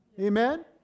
Amen